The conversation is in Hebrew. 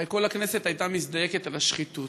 הרי כל הכנסת הייתה מזדעקת על השחיתות.